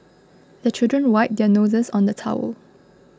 the children wipe their noses on the towel